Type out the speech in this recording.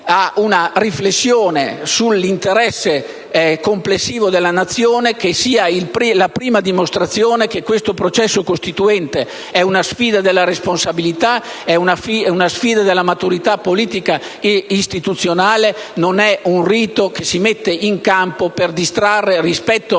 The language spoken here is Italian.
per una riflessione sull'interesse complessivo della Nazione che sia la prima dimostrazione che questo processo costituente è una sfida della responsabilità, della maturità politica e istituzionale e che non è un rito che si mette in campo per distrarre rispetto ai